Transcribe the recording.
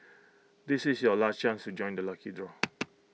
this is your last chance to join the lucky draw